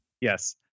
Yes